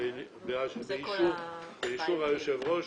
באישור היושב-ראש